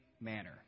manner